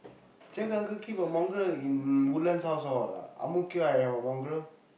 jack uncle keep a mongrel in Woodlands house all lah Ang Mo Kio I have a mongrel